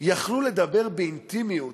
יכלו לדבר באינטימיות,